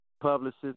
publicist